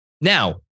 Now